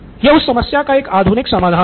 यह उस समस्या का एक आधुनिक समाधान है